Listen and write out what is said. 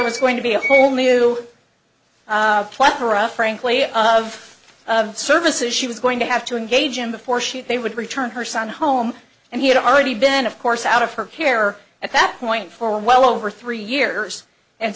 it's going to be a whole new plethora frankly of services she was going to have to engage in before she they would return her son home and he had already been of course out of her care at that point for well over three years and